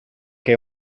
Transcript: que